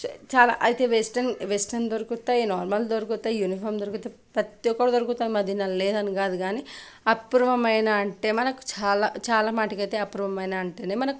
చాలా చాలా అయితే వెస్ట్రెన్ వెస్ట్రెన్ దొరుకుతాయి నార్మల్ దొరుకుతాయి యూనిఫార్మ్ దొరుకుతాయి ప్రతి ఒక్కటి దొరుకుతుంది మదీనాలో లేదని కాదు కానీ అపూర్వమైన అంటే చాలా చాలా మటుకు అయితే అపూర్వమైన అంటే మనకు